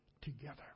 together